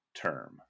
term